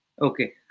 Okay